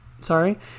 sorry